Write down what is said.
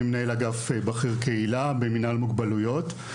אני מנהל אגף בכיר קהילה במנהל מוגבלויות.